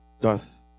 doth